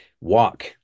walk